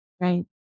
right